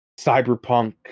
cyberpunk